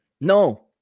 No